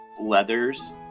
leathers